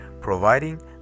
providing